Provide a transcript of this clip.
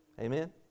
Amen